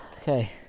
Okay